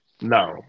No